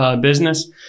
business